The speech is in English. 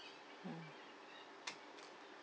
mm